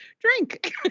drink